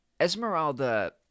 Esmeralda